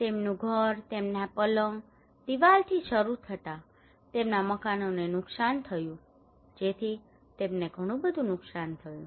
તેમનું ઘર તેમના પલંગ દિવાલોથી શરૂ થતાં તેમના મકાનોને નુકસાન થયું હતું જેથી તેમને ઘણું નુકસાન થયું છે